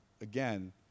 again